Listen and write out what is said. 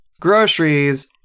groceries